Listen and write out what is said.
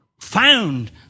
found